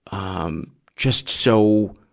um, just so,